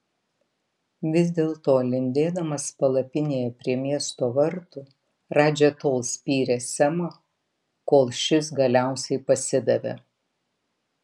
vis dėlto lindėdamas palapinėje prie miesto vartų radža tol spyrė semą kol šis galiausiai pasidavė